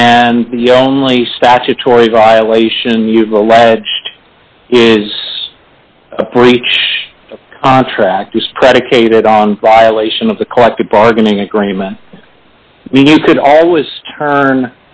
the only statutory violation you've alleged is a breach of contract is predicated on violation of the collective bargaining agreement mean you could always turn